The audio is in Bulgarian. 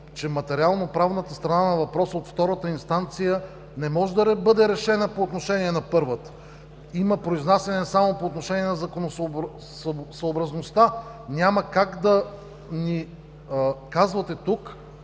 че материално-правната страна на въпроса от втората инстанция не може да бъде решена по отношение на първата. Има произнасяне само по отношение на законосъобразността. Няма как да ни казвате тук,